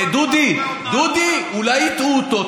דודי, דודי, אולי הטעו אותו.